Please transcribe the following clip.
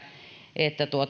että